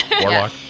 Warlock